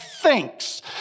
thinks